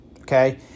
okay